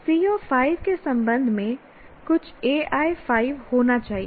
CO 5 के संबंध में कुछ AI 5 होना चाहिए